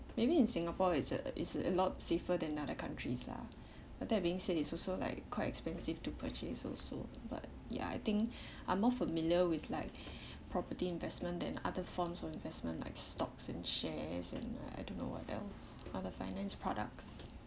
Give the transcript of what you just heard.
maybe in singapore it's a it's a lot safer than other countries lah I think being said is also like quite expensive to purchase also but ya I think are more familiar with like property investment than other forms of investment like stocks and shares and I don't know what else other finance products